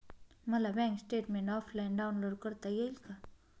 मला bank statement offline download करता येईल का?